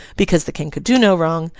because the king could do no wrong,